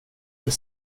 jag